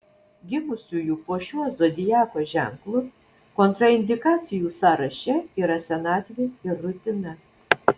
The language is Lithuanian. gimusiųjų po šiuo zodiako ženklu kontraindikacijų sąraše yra senatvė ir rutina